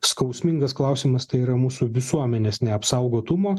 skausmingas klausimas tai yra mūsų visuomenės neapsaugotumo